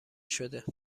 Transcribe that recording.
شده